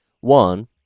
one